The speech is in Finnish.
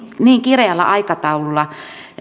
niin kireällä aikataululla